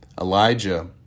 Elijah